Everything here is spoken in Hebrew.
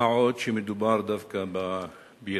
מה עוד שמדובר דווקא בילדים.